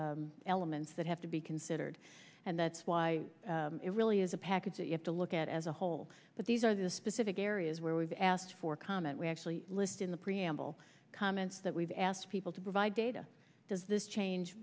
various elements that have to be considered and that's why it really is a package that you have to look at as a whole but these are the specific areas where we've asked for comment we actually list in the preamble comments that we've asked people to provide data does this change